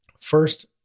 First